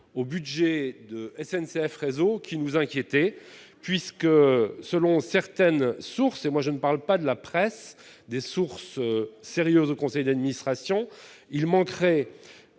au budget de SNCF, réseau qui nous inquiéter puisque selon certaines sources, et moi je ne parle pas de la presse, des sources sérieuses au conseil d'administration, il manquerait